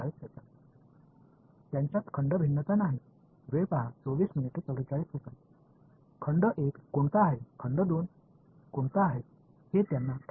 மாணவர் அவைகளுக்கு கொள்ளளவு வேறுபாடு இல்லை தொகுதி 2 எது தொகுதி 1 எது என்பது அவர்களுக்குத் தெரியாது எனவே பௌண்டரி கண்டிஷன்ஸ் சுமத்துவது இதன் மூலம் முற்றிலும் சாத்தியமில்லை